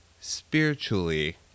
spiritually